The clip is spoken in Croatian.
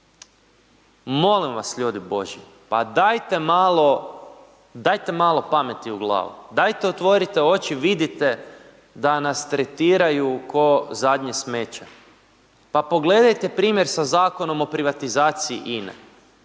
božji, pa dajte malo, dajte malo pameti u glavu, dajte otvorite oči vidite da nas tretiraju ko zadnje smeće. Pa pogledajte primjer sa Zakonom o privatizaciji INE,